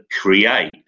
create